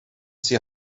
see